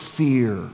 fear